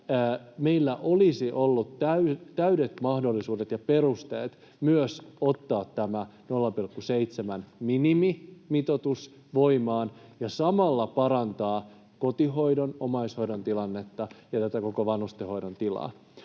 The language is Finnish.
meillä olisi ollut täydet mahdollisuudet ja perusteet myös ottaa tämä 0,7:n minimimitoitus voimaan ja samalla parantaa kotihoidon ja omaishoidon tilannetta ja tätä koko vanhustenhoidon tilaa.